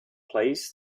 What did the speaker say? place